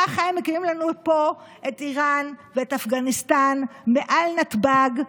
כך הם מקימים לנו פה את איראן ואת אפגניסטן מעל נתב"ג,